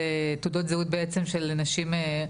תעודות זהות בעצם של נשים.